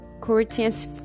Corinthians